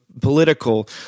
political